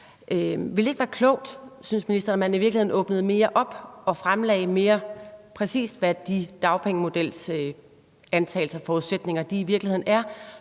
det? Ville det ikke være klogt, synes ministeren, at man i virkeligheden åbnede mere op og mere præcist fremlagde, hvad de dagpengemodelsantagelser og -forudsætninger i virkeligheden er,